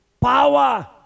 Power